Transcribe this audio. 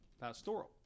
pastoral